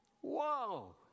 whoa